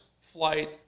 flight